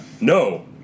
No